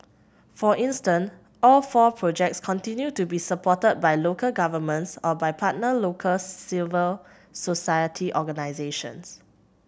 for instance all four projects continue to be supported by local governments or by partner local civil society organisations